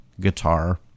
guitar